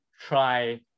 try